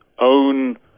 own